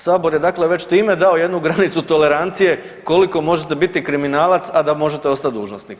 Sabor je dakle već time dao jednu granicu tolerancije koliko možete biti kriminalac, a da možete ostati dužnosnik.